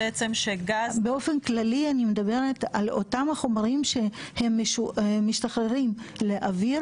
באופן כללי אני מדברת על אותם החומרים שמשתחררים לאוויר